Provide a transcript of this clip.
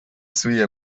سوی